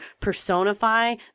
personify